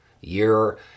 year